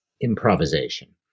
improvisation